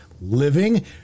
living